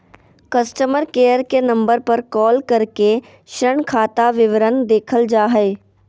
customer care के number पर call करके ऋण खाता विवरण देखल जा हय